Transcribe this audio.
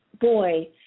boy